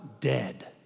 dead